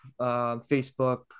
Facebook